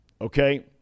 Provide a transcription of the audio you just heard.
okay